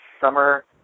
summer